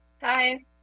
Hi